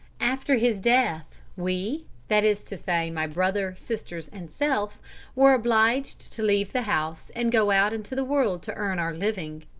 after his death we that is to say, my brother, sisters and self were obliged to leave the house and go out into the world to earn our living.